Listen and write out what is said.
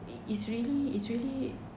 is really is really